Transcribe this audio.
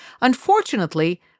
Unfortunately